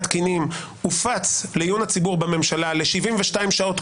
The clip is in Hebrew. תקינים הופץ לעיון הציבור בממשלה ל-72 שעות,